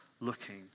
looking